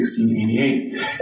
1688